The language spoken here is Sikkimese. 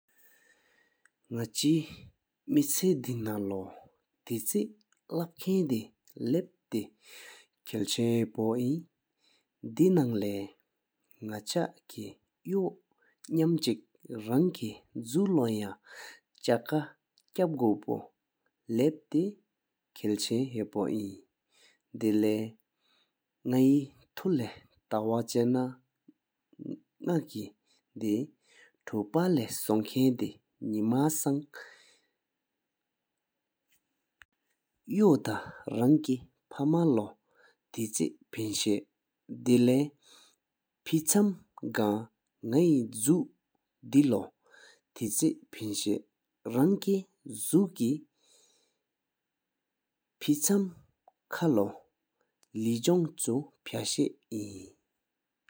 ནག་ཆ་དེ་ནང་ལོ་ཐེ་ཆེ་ལབ་ཁན་དེ་ལབ་ཏེ་རང་ཁལ་ཆེན་ཧ་པོ་ཨིན། དེ་ནང་ལས་ནག་ཆ་སྐད་ཡོ་ནམ་བཅེགས་རང་སྐད་ཇུ་ལོ་ཡང་ཆ་ཀ་ཀབ་གུས་བོ་དེ་ཁལ་ཆེན་ཧ་པོ་ཨིན། དེ་ལས་ནག་ཧེ་ཐུ་ལས་རྟུགས་ཆ་ན་ནག་སི་དེ་ཐུབ་པ་ལས་གསོང་ཁན་དེ་ནེ་མ་སྲང་ཡོ་ཐང་རང་སྐད་པ་མ་ལོ་ཐེ་ཆེ་འཕན་གཤིས་ཨིན། དེ་ལས་ཕེ་བཅམ་གང་ནག་ཧེ་ཇུ་ལོ་ཐེ་ཆེ་འཕན་ཞིན། རང་སྐད་ཇུ་ཀི་ཕེ་བཅམ་ཁ་ལོ་ལེ་ཀོོ་ཕ་ཤས་ཨིན།